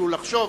אפילו לחשוב